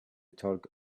talk